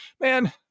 man